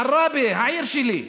עראבה, העיר שלי,